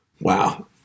Wow